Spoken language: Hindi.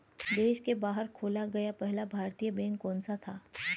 देश के बाहर खोला गया पहला भारतीय बैंक कौन सा था?